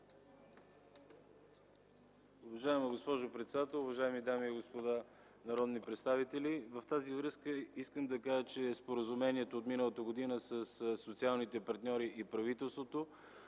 Уважаема госпожо председател, уважаеми дами и господа народни представители! Във връзка с това искам да кажа, че една от точките в споразумението от миналата година със социалните партньори и правителството